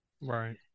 right